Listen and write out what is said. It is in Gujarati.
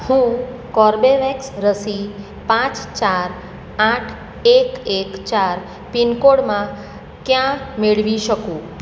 હું કોર્બેવેક્સ રસી પાંચ ચાર આઠ એક એક ચાર પિનકોડમાં ક્યાં મેળવી શકું